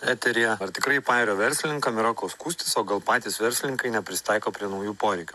eteryje ar tikrai pajūrio verslininkam yra kuo skųstis o gal patys verslininkai neprisitaiko prie naujų poreikių